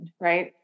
Right